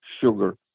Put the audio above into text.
sugar